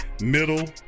middle